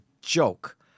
joke